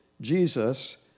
Jesus